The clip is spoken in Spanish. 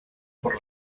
por